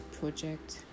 project